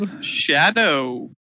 shadow